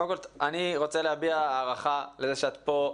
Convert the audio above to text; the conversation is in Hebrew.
קודם כול אני רוצה להביע הערכה לזה שאת פה,